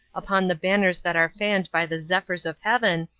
upon the banners that are fanned by the zephyrs of heaven,